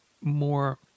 more